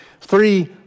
Three